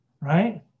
right